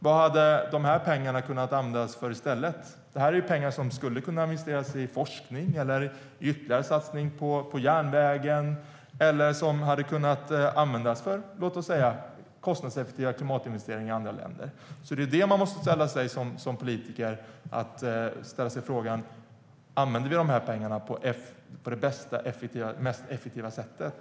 Vad hade pengarna kunnat användas till i stället? Det är pengar som skulle kunnat investeras i forskning, i ytterligare satsningar på järnvägen eller som hade kunnat användas för, låt oss säga, kostnadseffektiva klimatinvesteringar i andra länder. Som politiker måste man ställa sig frågan: Använder vi de här pengarna på det bästa, mest effektiva sättet?